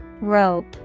rope